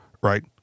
right